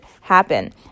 happen